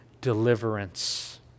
deliverance